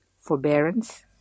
forbearance